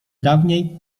dawniej